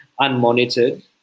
unmonitored